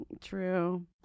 True